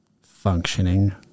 Functioning